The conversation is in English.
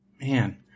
Man